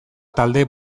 talde